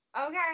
okay